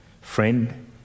Friend